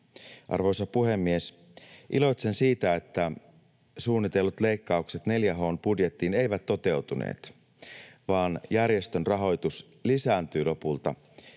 Arvoisa puhemies! Iloitsen siitä, että suunnitellut leikkaukset 4H:n budjettiin eivät toteutuneet, vaan järjestön rahoitus lisääntyy lopulta